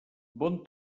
bon